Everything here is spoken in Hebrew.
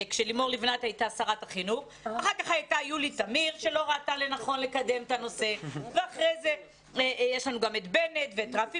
הייתה אחר כך יולי תמיר שלא ראתה לנכון לקדם את הנושא והיו גם בנט ורפי